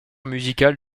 musical